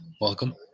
Welcome